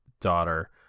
daughter